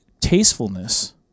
tastefulness